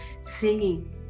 singing